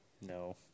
No